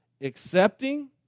accepting